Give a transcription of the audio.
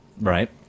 Right